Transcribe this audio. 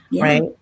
Right